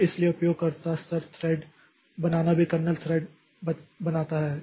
तो इसलिए उपयोगकर्ता स्तर थ्रेड बनाना भी कर्नेल थ्रेड बनाता है